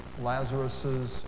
Lazarus's